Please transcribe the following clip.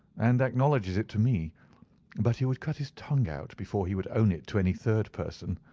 and acknowledges it to me but he would cut his tongue out before he would own it to any third person.